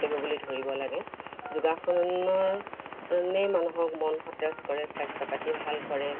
কৰ্তব্য বুলি ধৰিব লাগে যোগাসনে মানুহৰ মন সতেজ কৰে স্বাস্থ্য পাতি ভাল কৰে